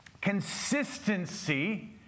Consistency